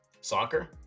soccer